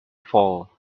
fall